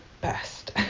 best